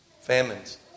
Famines